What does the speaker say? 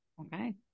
Okay